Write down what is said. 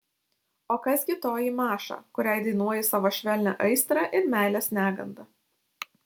o kas gi toji maša kuriai dainuoji savo švelnią aistrą ir meilės negandą